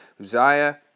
Uzziah